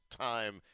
time